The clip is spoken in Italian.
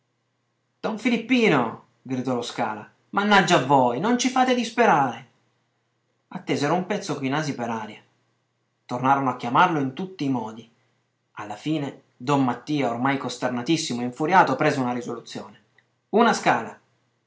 don filippino gridò lo scala mannaggia a voi non ci fate disperare attesero un pezzo coi nasi per aria tornarono a chiamarlo in tutti i modi alla fine don mattia ormai costernatissimo e infuriato prese una risoluzione una scala